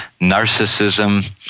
narcissism